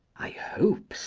i hope,